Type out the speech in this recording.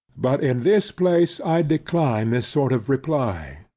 but in this place i decline this sort of reply,